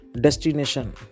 Destination